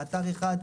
באתר אחד.